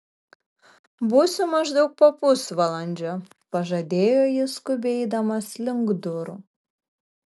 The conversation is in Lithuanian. būsiu maždaug po pusvalandžio pažadėjo jis skubiai eidamas link durų